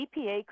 EPA